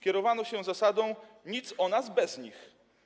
Kierowano się zasadą: nic o nas bez nich.